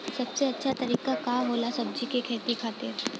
सबसे अच्छा तरीका का होला सब्जी के खेती खातिर?